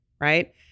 right